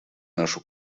нашу